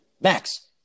Max